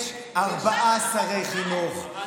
יש ארבעה שרי חינוך,